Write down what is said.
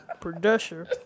producer